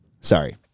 Sorry